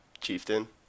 Chieftain